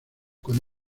con